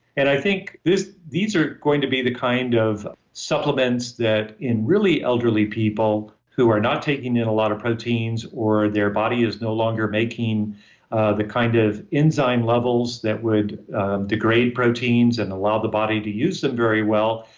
and i think these are going to be the kind of supplements that in really elderly people, who are not taking in a lot of proteins or their body is no longer making ah the kind of enzyme levels that would degrade proteins and allow the body to use them very well,